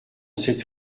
cette